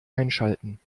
einschalten